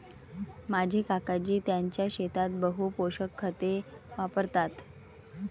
माझे काकाजी त्यांच्या शेतात बहु पोषक खते वापरतात